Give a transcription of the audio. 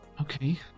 Okay